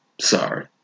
Sorry